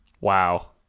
Wow